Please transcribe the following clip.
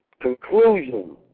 conclusion